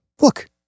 Look